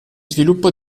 sviluppo